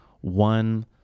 one